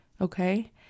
Okay